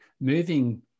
moving